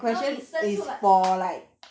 no 你生出来